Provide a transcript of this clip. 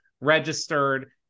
registered